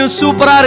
super